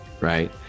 Right